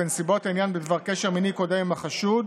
בנסיבות העניין בדבר קשר מיני קודם עם החשוד,